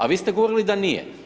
A vi ste govorili da nije.